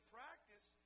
practice